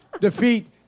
defeat